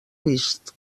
vist